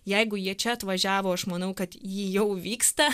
jeigu jie čia atvažiavo aš manau kad ji jau vyksta